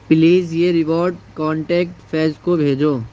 please یہ reward contact Faiz کو بھیجو